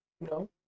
No